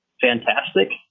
fantastic